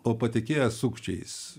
o patikėję sukčiais